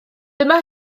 dyma